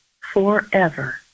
forever